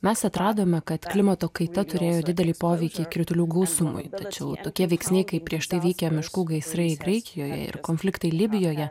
mes atradome kad klimato kaita turėjo didelį poveikį kritulių gausumui tačiau tokie veiksniai kaip prieš tai vykę miškų gaisrai graikijoje ir konfliktai libijoje